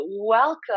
Welcome